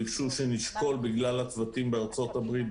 ביקשו שנשקול בגלל הצוותים בארצות הברית,